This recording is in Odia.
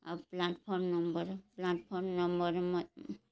ଆଉ ପ୍ଲାଟଫର୍ମ୍ ନମ୍ବର୍ ପ୍ଲାଟଫର୍ମ୍ ନମ୍ବର୍